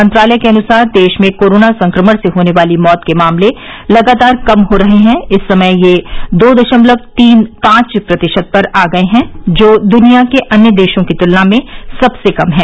मंत्रालय के अनुसार देश में कोरोना संक्रमण से होने वाली मौत के मामले लगातार कम हो रहे हैं और इस समय ये दो दशमलव तीन पांच प्रतिशत पर आ गए हैं जो दुनिया के अन्य देशों की तुलना में सबसे कम है